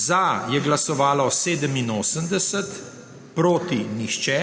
(Za je glasovalo 87.) (Proti nihče.)